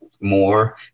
more